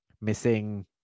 missing